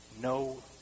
no